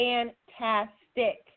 Fantastic